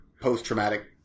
post-traumatic